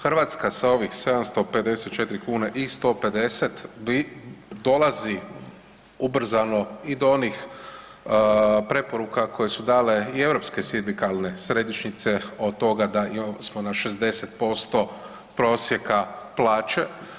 Hrvatska sa ovih 754 kune i 150 bi dolazi ubrzano i do onih preporuka koje su dale i Europske sindikalne središnjice od toga da imali smo na 60% prosjeka plaće.